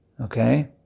Okay